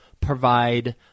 provide